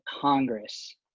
Congress